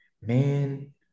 man